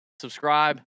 Subscribe